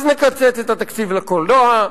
אז נקצץ את התקציב לקולנוע,